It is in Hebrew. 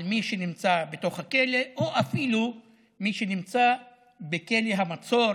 על מי שנמצא בתוך הכלא או אפילו מי שנמצא בכלא המצור